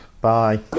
Bye